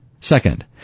Second